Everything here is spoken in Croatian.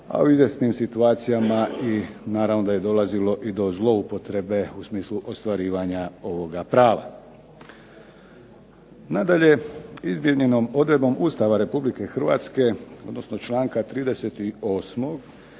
a u izvjesnim situacijama naravno da je dolazilo i do zloupotrebe u smislu ostvarivanja ovoga prava. Nadalje, izmijenjenom odredbom Ustava Republike Hrvatske, odnosno članka 38.